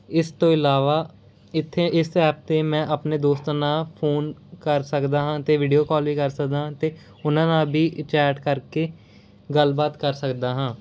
ਇਸ ਤੋਂ ਇਲਾਵਾ ਇਥੇ ਇਸ ਐਪ 'ਤੇ ਮੈਂ ਆਪਣੇ ਦੋਸਤਾਂ ਨਾਲ ਫੋਨ ਕਰ ਸਕਦਾ ਹਾਂ ਅਤੇ ਵੀਡੀਓ ਕਾਲ ਵੀ ਕਰ ਸਕਦਾ ਅਤੇ ਉਹਨਾਂ ਨਾਲ ਵੀ ਚੈਟ ਕਰਕੇ ਗੱਲਬਾਤ ਕਰ ਸਕਦਾ ਹਾਂ